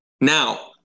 now